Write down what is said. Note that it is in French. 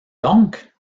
donc